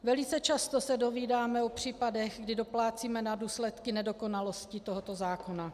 Velice často se dozvídáme o případech, kdy doplácíme na důsledky nedokonalosti tohoto zákona.